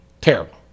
Terrible